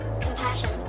Compassion